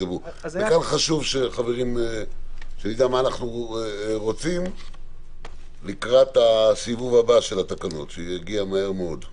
חשוב שנדע מה אנחנו רוצים לקראת הסיבוב הבא של התקנות שיגיע מהר מאוד.